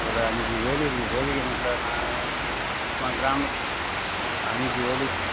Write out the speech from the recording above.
ஒரு அஞ்சு வேலி இருக்குது வேலி க்ரௌண்டில் நான் நான் கிராமத் அஞ்சு வேலி